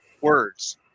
words